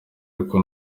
ariko